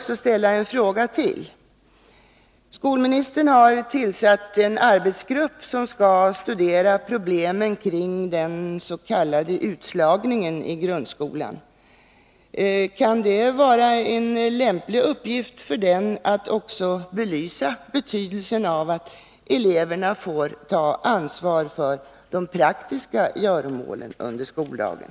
Skolministern har tillsatt en arbetsgrupp som skall studera problemen kring den s.k. utslagningen i grundskolan. Jag vill med anledning av det ställa ytterligare en fråga: Kan det vara en lämplig uppgift för den att också belysa betydelsen av att eleverna får ta ansvar för de praktiska göromålen under skoldagen?